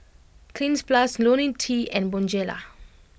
Cleanz Plus Ionil T and Bonjela